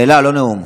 שאלה, לא נאום.